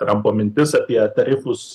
trampo mintis apie tarifus